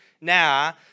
now